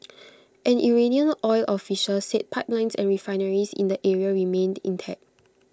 an Iranian oil official said pipelines and refineries in the area remained intact